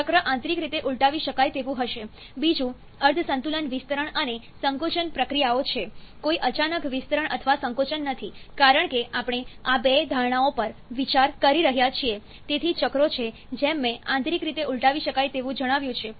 ચક્ર આંતરિક રીતે ઉલટાવી શકાય તેવું હશે બીજું અર્ધ સંતુલન વિસ્તરણ અને સંકોચન પ્રક્રિયાઓ છે કોઈ અચાનક વિસ્તરણ અથવા સંકોચન નથી કારણ કે આપણે આ બે ધારણાઓ પર વિચાર કરી રહ્યા છીએ તેથી ચક્રો છે જેમ મેં આંતરિક રીતે ઉલટાવી શકાય તેવું જણાવ્યું છે